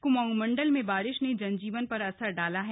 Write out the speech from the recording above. क्माऊं मंडल में बारिश ने जनजीवन पर असर डाला है